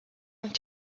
und